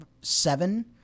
seven